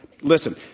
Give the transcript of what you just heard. Listen